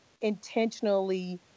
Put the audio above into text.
intentionally